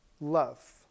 love